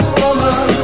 woman